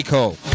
Cole